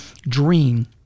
dream